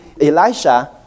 Elisha